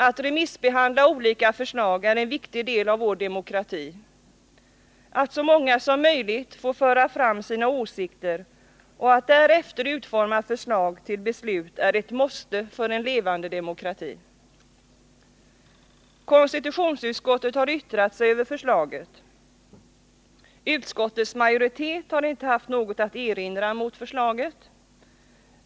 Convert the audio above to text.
Att remissbehandla olika förslag är en viktig del av vår demokrati. Att så många som möjligt får föra fram sina åsikter och att därefter utforma förslag till beslut är ett måste för en levande demokrati. Konstitutionsutskottet har yttrat sig över förslaget, och utskottets majoritet har inte haft något att erinra mot detsamma.